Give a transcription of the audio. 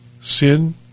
sin